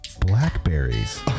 Blackberries